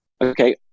Okay